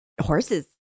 Horses